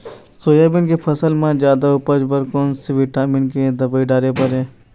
Soybean के फसल म जादा उपज बर कोन से विटामिन के दवई डाले बर ये?